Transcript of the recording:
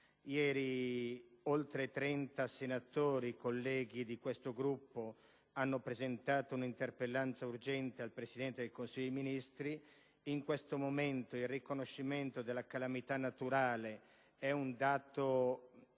Ieri oltre 30 senatori del mio Gruppo hanno presentato una interpellanza urgente al Presidente del Consiglio dei ministri. In questo momento il riconoscimento della calamità naturale è urgentemente